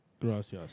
Gracias